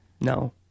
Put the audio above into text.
No